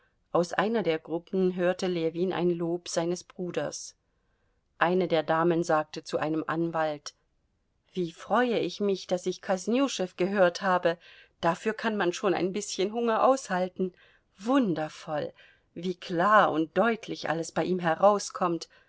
aus einer der gruppen hörte ljewin ein lob seines bruders eine der damen sagte zu einem anwalt wie freue ich mich daß ich kosnüschew gehört habe dafür kann man schon ein bißchen hunger aushalten wundervoll wie klar und deutlich alles bei ihm herauskommt